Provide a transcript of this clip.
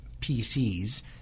PCs